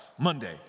Monday